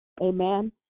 Amen